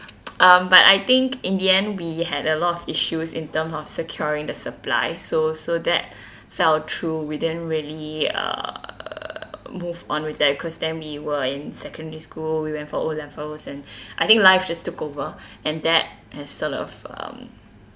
um but I think in the end we had a lot of issues in terms of securing the supply so so that fell through we didn't really uh move on with that cause then we were in secondary school we went for O levels and I think life just took over and that has sort of um